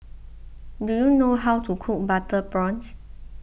do you know how to cook Butter Prawns